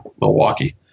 Milwaukee